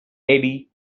eddie